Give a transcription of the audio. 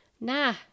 nah